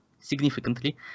significantly